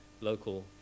local